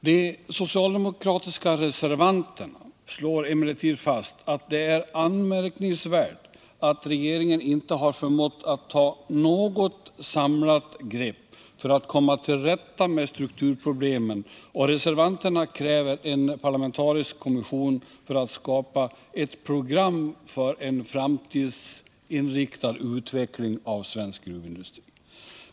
De socialdemokratiska reservanterna slår emellertid fast att det är anmärkningsvärt att regeringen inte har förmått att ta något samlat grepp för att komma till rätta med strukturproblemen, och reservanterna kräver en parlamentarisk kommission för att skapa ett program för en framtidsinriktad utveckling av svensk gruvindustri.